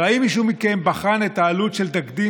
אבל האם מישהו מכם בחן את העלות של תקדים